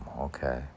okay